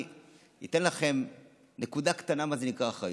אני אתן לכם נקודה קטנה, מה זה נקרא אחריות.